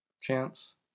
chance